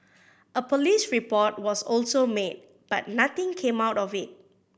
a police report was also made but nothing came out of it